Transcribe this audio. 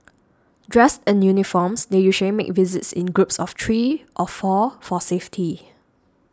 dressed in uniforms they usually make visits in groups of three of four for safety